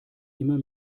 immer